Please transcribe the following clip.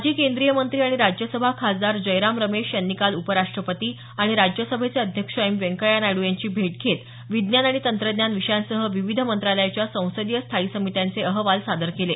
माजी केंद्रीय मंत्री आणि राज्यसभा खासदार जयराम रमेश यांनी काल उपराष्ट्रपती आणि राज्यसभेचे अध्यक्ष एम व्यंकय्या नायडू यांची भेट घेत विज्ञान आणि तंत्रज्ञान विषयांसह विविध मंत्रालयाच्या संसदीय स्थायी समित्यांचे अहवाल सादर केले